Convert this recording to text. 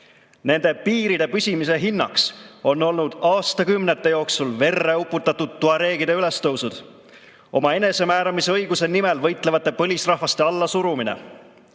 Nende piiride püsimise hind on olnud aastakümnete jooksul verre uputatud tuareegide ülestõusud, oma enesemääramise õiguse nimel võitlevate põlisrahvaste allasurumine.